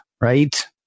right